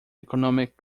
economic